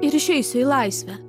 ir išeisiu į laisvę